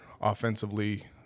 offensively